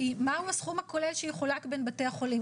מהו הסכום הכולל שיחולק בין בתי החולים.